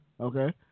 okay